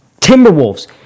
Timberwolves